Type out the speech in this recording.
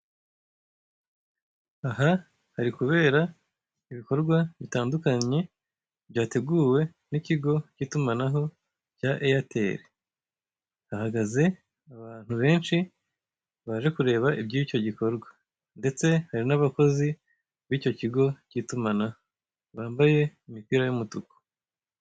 Aha hari kubera ibikorwa bitandukanye byateguwe n'ikigo k'itumanaho cya eyeteri, hahagaze abantu benshi baje kureba iby'icyo gikorwa ndetse hari n'abakozi b'icyo kigo k'itumanaho bambaye imipira y'umutuku.